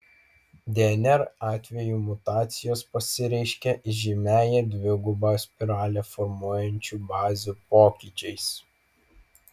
dnr atveju mutacijos pasireiškia įžymiąją dvigubą spiralę formuojančių bazių pokyčiais